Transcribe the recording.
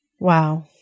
Wow